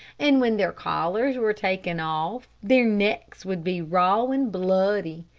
and when their collars were taken off, their necks would be raw and bloody.